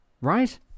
right